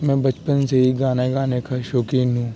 میں بچپن سے ہی گانا گانے کا شوقین ہوں